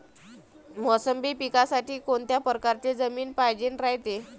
मोसंबी पिकासाठी कोनत्या परकारची जमीन पायजेन रायते?